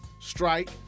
strike